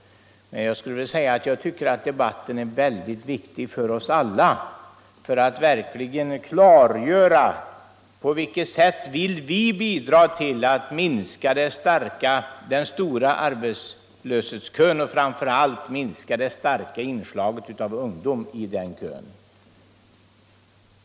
Men jag tycker också att debatten är mycket viktig för oss alla, eftersom vi genom den verkligen kan göra klart på vilket sätt vi vill bidra till att minska den stora arbetslöshetskön och framför allt det stora inslaget av ungdomar i den kön.